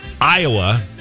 Iowa